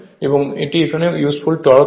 এবং এটি এখানে ইউসফুল টর্ক হয়